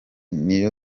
niyo